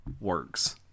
works